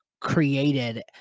Created